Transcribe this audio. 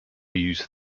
used